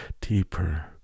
deeper